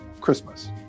Christmas